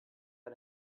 pas